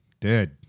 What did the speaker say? dead